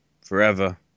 forever